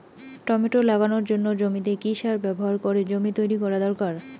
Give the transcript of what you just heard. Tomato লাগানোর জন্য জমিতে কি সার ব্যবহার করে জমি তৈরি করা দরকার?